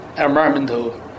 environmental